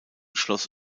schloss